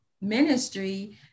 ministry